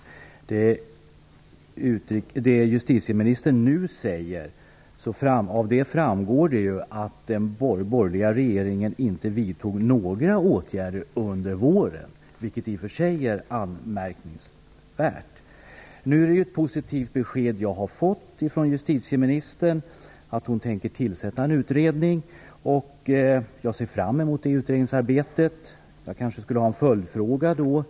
Av det som justitieministern nu säger framgår att den borgerliga regeringen inte vidtog några åtgärder under våren. Det är i och för sig anmärkningsvärt. Det är ett positivt besked jag har fått av justitieministern. Hon tänker tillsätta en utredning. Jag ser fram emot det utredningsarbetet. Jag kanske skall komma med en följdfråga.